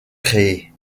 créées